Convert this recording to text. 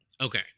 Okay